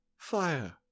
Fire